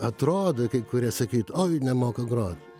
atrodo kai kurie sakyt oi nemoka grot